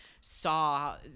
saw